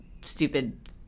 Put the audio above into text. stupid